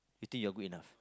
you think you are good enough